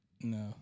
No